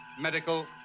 medical